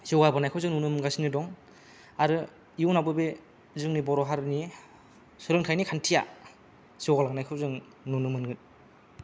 जौगाबोनायखौ जों नुनो मोनगासिनो दं आरो इयुनयावबो बे जोंनि बर हारिनि सोलोंथाइनि खान्थिया जौगालांनायखौ जों नुनो मोनगाोन